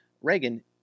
Reagan